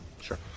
Sure